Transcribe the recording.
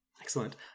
Excellent